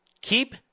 Keep